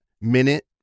minute